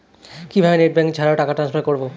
কিভাবে net banking ছাড়া টাকা টান্সফার করব?